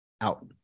Out